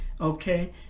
okay